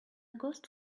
ghost